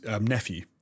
nephew